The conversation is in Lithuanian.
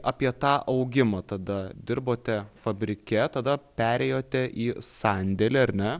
apie tą augimą tada dirbote fabrike tada perėjote į sandėlį ar ne